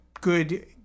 good